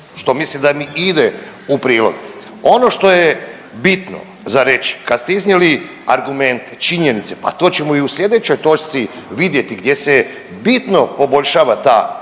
što mislim da mi ide u prilog. Ono što je bitno za reći, kad ste iznijeli argumente činjenice, a to ćemo i u slijedećoj točci vidjeti gdje se bitno i poboljšava ta